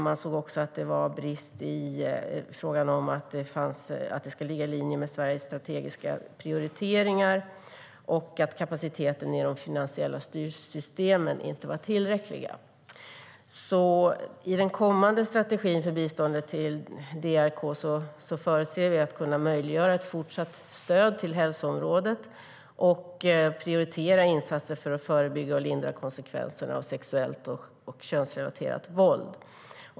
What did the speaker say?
Man såg också att det brast vad gällde att ligga i linje med Sveriges strategiska prioriteringar och att kapaciteten i de finansiella styrsystemen inte var tillräcklig. Den kommande strategin för biståndet till DRK förutses möjliggöra ett fortsatt stöd till hälsoområdet och prioritera insatser för att förebygga och lindra konsekvenserna av sexuellt och könsrelaterat våld.